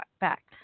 back